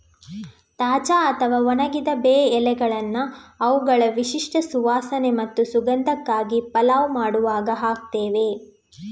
ತಾಜಾ ಅಥವಾ ಒಣಗಿದ ಬೇ ಎಲೆಗಳನ್ನ ಅವುಗಳ ವಿಶಿಷ್ಟ ಸುವಾಸನೆ ಮತ್ತು ಸುಗಂಧಕ್ಕಾಗಿ ಪಲಾವ್ ಮಾಡುವಾಗ ಹಾಕ್ತೇವೆ